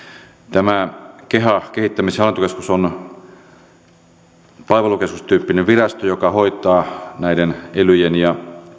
tämä keha kehittämis ja hallintokeskus on palvelukeskustyyppinen virasto joka hoitaa näiden elyjen ja